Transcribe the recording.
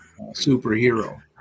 superhero